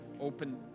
open